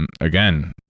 Again